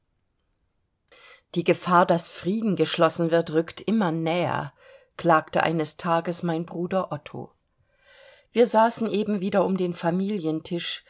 die gefahr daß frieden geschlossen wird rückt immer näher klagte eines tages mein bruder otto wir saßen eben wieder um den familientisch